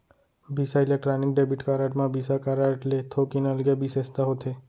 बिसा electron debit card म Visa card ले थोकिन अलगे बिसेसता होथे